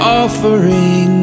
offering